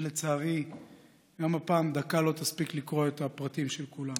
ולצערי גם הפעם דקה לא תספיק לקרוא את הפרטים של כולם.